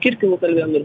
kirkilu kalbėjom ir